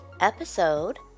Episode